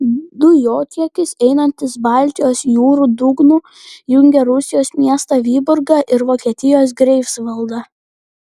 dujotiekis einantis baltijos jūros dugnu jungia rusijos miestą vyborgą ir vokietijos greifsvaldą